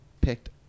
picked